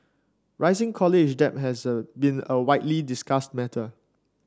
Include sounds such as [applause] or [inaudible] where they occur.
rising college debt has [unintelligible] been a widely discussed matter